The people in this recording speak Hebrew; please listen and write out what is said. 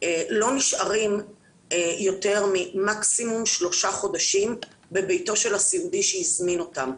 לא נשארים יותר ממקסימים שלושה חודשים בביתו של הסיעודי שהזמין אותם.